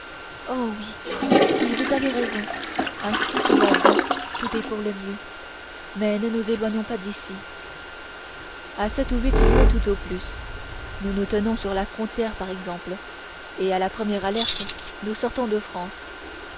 oh oui oui vous avez raison ainsi tout va bien tout est pour le mieux mais ne nous éloignons pas d'ici à sept ou huit lieues tout au plus nous nous tenons sur la frontière par exemple et à la première alerte nous sortons de france